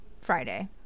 friday